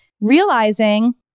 realizing